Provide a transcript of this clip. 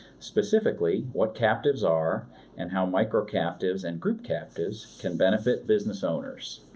specifically what captives are and how micro-captives and group captives can benefit business owners.